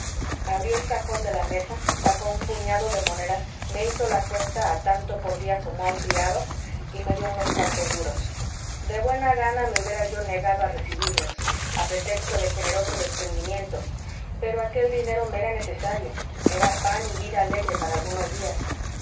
abrió el cajón de la mesa sacó un puñado de monedas me hizo la cuenta a tanto por día como a un criado y me dió unos cuantos duros de buena gana me hubiera yo negado a recibirlos a pretexto de generoso desprendimiento pero aquel dinero me era necesario era pan y vida alegre para algunos días